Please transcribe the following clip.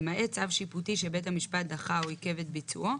למעט צו שיפוטי שבית המשפט דחה או עיכב את ביצועו,